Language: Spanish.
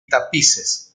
tapices